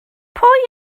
pwy